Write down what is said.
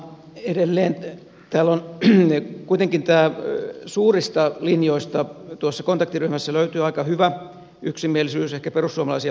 edelleen täällä kuitenkin näistä suurista linjoista tuossa kontaktiryhmässä löytyy aika hyvä yksimielisyys ehkä perussuomalaisia lukuun ottamatta